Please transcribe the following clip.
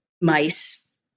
mice